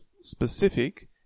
specific